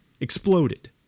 exploded